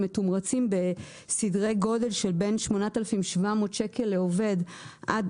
מתומרצים בסדרי גודל של בין 8,700 שקל לעובד עד